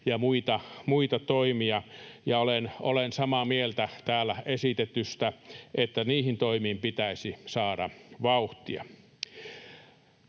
ja muita toimia, ja olen samaa mieltä täällä esitetystä, että niihin toimiin pitäisi saada vauhtia.